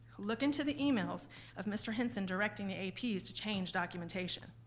look into the emails of mr hinson directing the aps to change documentation.